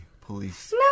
police